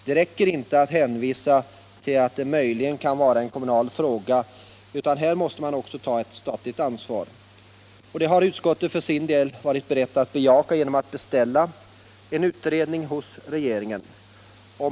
Det räcker inte att hänvisa till att det möjligen kan vara en kommunal fråga, utan här måste man också ta ett statligt ansvar. Det har utskottet för sin del varit berett att bejaka genom att beställa en utredning hos regeringen.